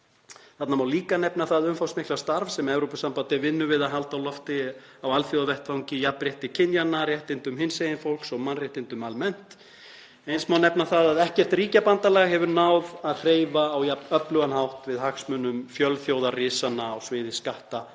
Þarna má líka nefna það umfangsmikla starf sem Evrópusambandið vinnur við að halda á lofti á alþjóðavettvangi jafnrétti kynjanna, réttindum hinsegin fólks og mannréttindum almennt. Eins má nefna að ekkert ríkjabandalag hefur náð að hreyfa á jafn öflugan hátt við hagsmunum fjölþjóðarisanna á sviði skatta,